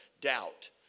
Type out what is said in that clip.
Doubt